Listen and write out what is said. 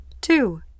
Two